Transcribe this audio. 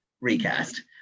recast